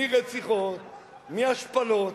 מרציחות ומהשפלות,